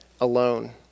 alone